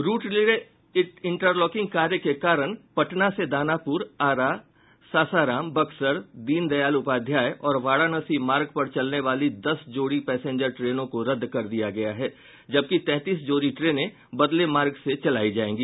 root relay interlocking कार्य के कारण पटना से दानापुर आरा सासाराम बक्सर दीनदयाल उपाध्याय और वाराणसी मार्ग पर चलने वाली दस जोड़ी पैसेंजर ट्रेनों को रद्द कर दिया गया है जबकि तैंतीस जोड़ी ट्रेने बदले मार्ग से चलायी जायेगी